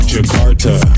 Jakarta